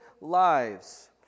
lives